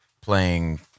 playing